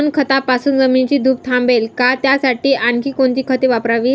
सोनखतापासून जमिनीची धूप थांबेल का? त्यासाठी आणखी कोणती खते वापरावीत?